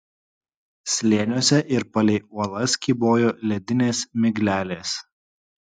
slėniuose ir palei uolas kybojo ledinės miglelės